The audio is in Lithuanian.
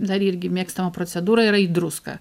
dar irgi mėgstama procedūra yra į druską